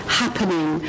happening